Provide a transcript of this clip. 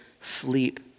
sleep